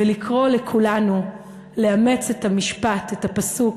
ולקרוא לכולנו לאמץ את המשפט, את הפסוק,